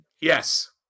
yes